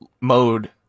mode